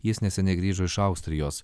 jis neseniai grįžo iš austrijos